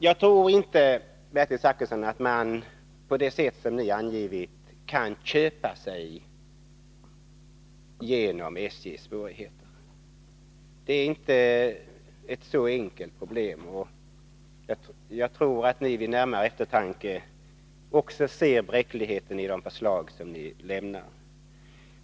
Jagtror inte, Bertil Zachrisson, att man på det sätt som ni angivit kan köpa sig genom SJ:s svårigheter. Problemet är inte så enkelt, och jag tror att ni vid närmare eftertanke också ser bräckligheten i det förslag som ni lägger fram.